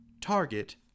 Target